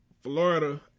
Florida